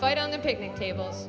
fight on the picnic table